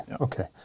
Okay